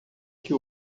que